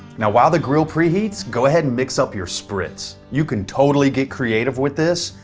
now while the grill preheats go ahead and mix up your spritz. you can totally get creative with this,